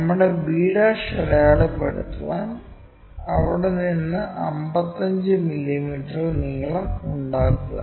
നമ്മുടെ b' അടയാളപ്പെടുത്താൻ അവിടെനിന്ന് 55 മില്ലീമീറ്റർ നീളം ഉണ്ടാക്കുക